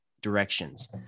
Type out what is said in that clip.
directions